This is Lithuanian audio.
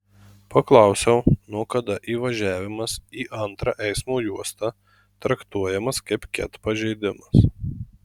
paklausiau nuo kada įvažiavimas į antrą eismo juostą traktuojamas kaip ket pažeidimas